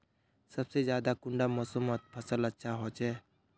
सबसे ज्यादा कुंडा मोसमोत फसल अच्छा होचे?